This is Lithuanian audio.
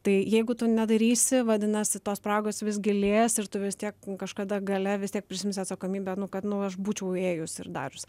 tai jeigu tu nedarysi vadinasi tos spragos vis gilės ir tu vis tiek kažkada gale vis tiek prisiimsi atsakomybę nu kad nu aš būčiau ėjus ir darius